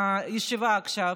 הישיבה עכשיו,